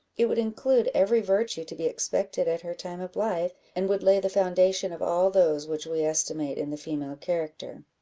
it would include every virtue to be expected at her time of life, and would lay the foundation of all those which we estimate in the female character.